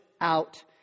out